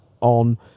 on